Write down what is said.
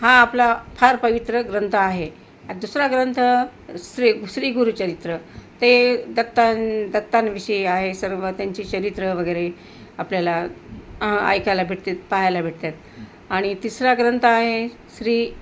हा आपला फार पवित्र ग्रंथ आहे दुसरा ग्रंथ श्री श्री गुरुचरित्र ते दत्तां दत्तांविषयी आहे सर्व त्यांची चरित्रं वगैरे आपल्याला ऐकायला भेटतात पाहायला भेटतात आणि तिसरा ग्रंथ आहे श्री